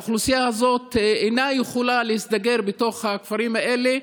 האוכלוסייה הזאת אינה יכולה להסתגר בתוך הכפרים האלה,